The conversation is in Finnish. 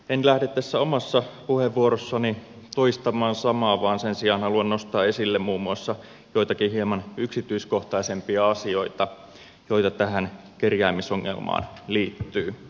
en lähde tässä omassa puheenvuorossani toistamaan samaa vaan sen sijaan haluan nostaa esille muun muassa joitakin hieman yksityiskohtaisempia asioita joita tähän kerjäämisongelmaan liittyy